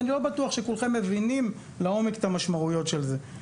כי אני לא בטוח שכולכם מבינים לעומק את המשמעויות של זה.